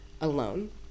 alone